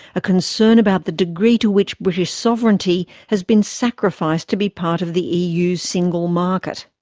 a concern about the degree to which british sovereignty has been sacrificed to be part of the eu's single market.